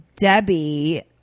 Debbie